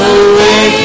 away